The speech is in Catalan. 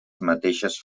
mateixes